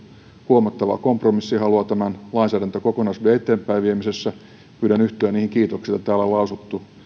huomattavaa kompromissihalua tämän lainsäädäntökokonaisuuden eteenpäin viemisessä pyydän yhtyä niihin kiitoksiin joita täällä on lausuttu